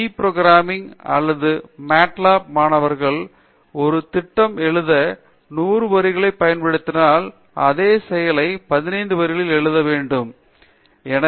C programming அல்லது MATLAB மாணவர்கள் ஒரு திட்டம் எழுத 100 வரிகளை பயன்படுத்தினால் அதே செயலை 15 வரிகளில் எழுத வேண்டும் பேராசிரியர் பிரதாப் ஹரிதாஸ் 15 வரிகள் சரி